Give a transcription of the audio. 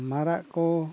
ᱢᱟᱨᱟᱜ ᱠᱚ